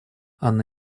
анна